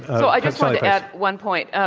so, i just wanted to add one point. ah